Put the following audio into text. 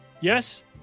Yes